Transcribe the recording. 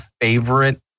favorite